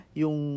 yung